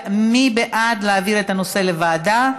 מי בעד להעביר את הנושא לוועדה?